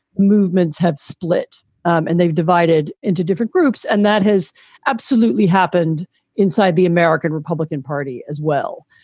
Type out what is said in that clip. movements have split and they've divided into different groups. and that has absolutely happened inside the american republican party as well.